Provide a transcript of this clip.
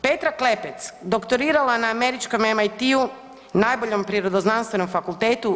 Petra Klepec, doktorirala na američkom MIT-u, najboljom prirodno-znanstvenom fakultetu.